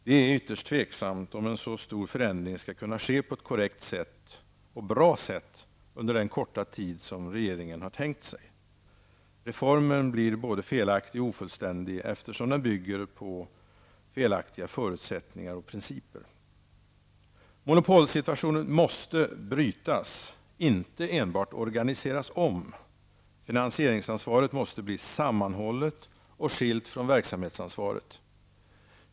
Det är ytterst tveksamt om en så stor förändring skall kunna ske på ett korrekt och bra sätt under den korta tid som regeringen har tänkt sig. Reformen blir både felaktig och ofullständig, eftersom den bygger på felaktiga förutsättningar och principer. Monopolsituationen måste brytas, inte enbart organiseras om. Finansieringsansvaret måste bli sammanhållet och skilt från verksamhetsansvaret.